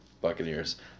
Buccaneers